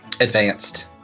advanced